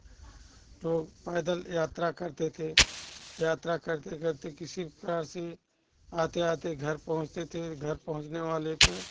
तो पैदल यात्रा करते थे यात्रा करते करते किसी प्रकार से आते आते घर पहुँचते थे घर पहुँचने वाले पर